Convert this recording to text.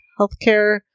Healthcare